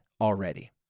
already